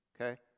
Okay